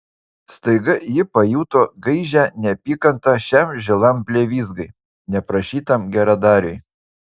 staiga ji pajuto gaižią neapykantą šiam žilam blevyzgai neprašytam geradariui